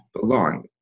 belong